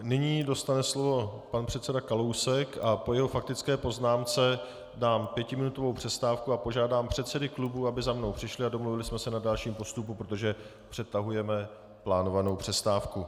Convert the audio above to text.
Nyní dostane slovo pan předseda Kalousek a po jeho faktické poznámce dám pětiminutovou přestávku a požádám předsedy klubů, aby za mnou přišli a domluvili jsme se na dalším postupu, protože přetahujeme plánovanou přestávku.